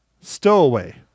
Stowaway